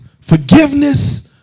Forgiveness